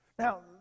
Now